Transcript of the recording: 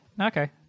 okay